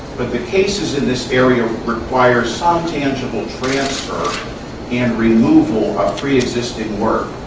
but the cases in this area require some tangible transfer and removal of preexisting work.